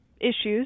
issues